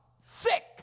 sick